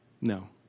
no